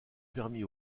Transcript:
permis